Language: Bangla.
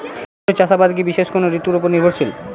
মিশ্র চাষাবাদ কি বিশেষ কোনো ঋতুর ওপর নির্ভরশীল?